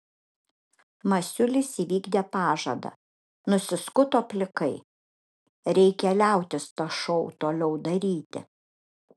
masiulis įvykdė pažadą nusiskuto plikai reikia liautis tą šou toliau daryti